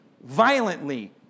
violently